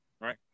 right